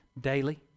daily